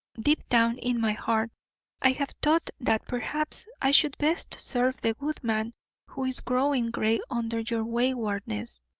deep down in my heart i have thought that perhaps i should best serve the good man who is growing grey under your waywardness,